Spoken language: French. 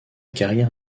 carrière